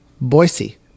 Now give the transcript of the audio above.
Boise